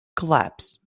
collapse